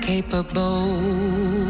capable